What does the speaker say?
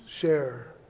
share